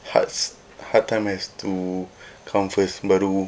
hards hard time has to come first baru